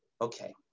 Okay